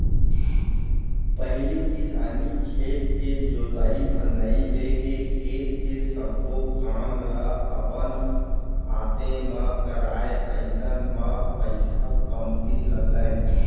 पहिली किसान खेत के जोतई फंदई लेके खेत के सब्बो काम ल अपन हाते म करय अइसन म पइसा कमती लगय